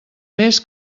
més